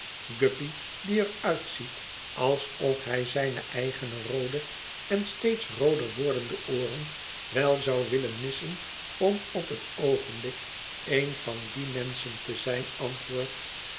guppy die er uitziet alsof hij zijne eigene roode en steeds roodér wordende ooren wel zou willen missen om op het oogenblik een van die menschen te zijn antwoordt